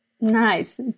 Nice